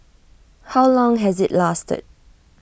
how long has IT lasted